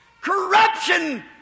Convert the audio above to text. corruption